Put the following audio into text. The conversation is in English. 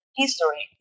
history